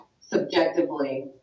subjectively